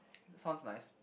sounds nice